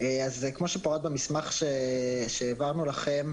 כמו שקראת במסמך שהעברנו לכם